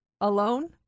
alone